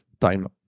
time